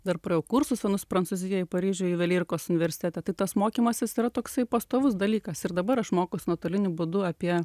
dar praėjau kursus vienus prancūzijoj paryžiuj juvelyrikos universitete tai tas mokymasis yra toksai pastovus dalykas ir dabar aš mokausi nuotoliniu būdu apie